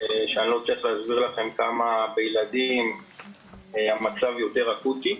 שאני לא צריך להסביר לכם כמה בילדים המצב יותר אקוטי,